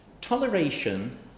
toleration